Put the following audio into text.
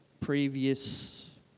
previous